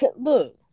Look